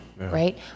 right